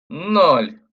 ноль